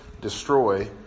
destroy